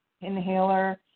inhaler